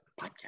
podcast